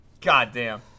goddamn